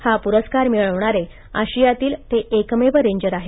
हा पुरस्कार मिळवणारे आशियातील ते एकमेव रेंजर आहेत